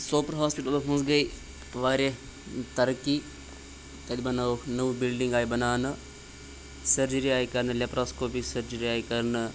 سوپور ہاسپِٹَلَس منٛز گٔے واریاہ ترقی تَتہِ بَنٲوٕکھ نٔو بِلڈِنٛگ آیہِ بَناونہٕ سٔرجِری آیہِ کَرنہٕ لیپراسکوپی سٔرجِری آیہِ کَرنہٕ